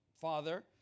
father